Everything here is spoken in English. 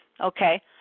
Okay